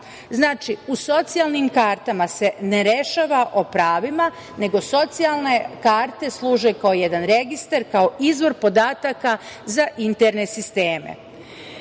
Znači, u socijalnim kartama se ne rešava o pravima, nego socijalne karte služe kao jedan registar, kao izvor podataka za interne sistema. Kao